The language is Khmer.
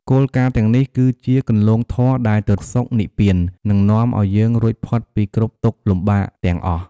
គោលការណ៍ទាំងនេះគឺជាគន្លងធម៌ដែលទៅសុខនិព្វាននិងនាំផ្លូវឱ្យយើងរួចផុតពីគ្រប់ទុក្ខលំបាកទាំងអស់។